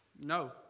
No